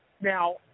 Now